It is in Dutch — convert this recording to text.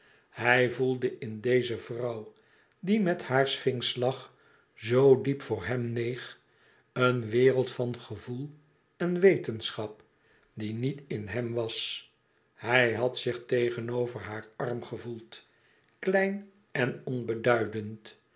hij voelde in deze vrouw die met haar sfinxelach zoo diep voor hem neeg een wereld van gevoel en wetenschap die niet in hem was hij had zich tegenover haar arm gevoeld klein en onbeduidend